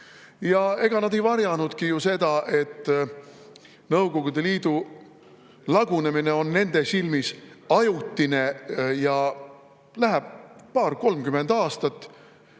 ega nad ei varjanudki ju seda, et Nõukogude Liidu lagunemine on nende silmis ajutine, et läheb paar-kolmkümmend aastat